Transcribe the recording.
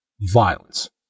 violence